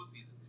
postseason